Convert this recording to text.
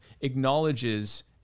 acknowledges